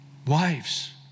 Wives